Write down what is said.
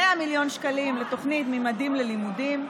100 מיליון שקלים לתוכנית ממדים ללימודים,